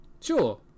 Sure